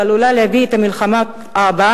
שעלולה להביא את המלחמה הבאה,